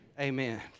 Amen